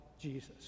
Jesus